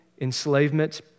enslavement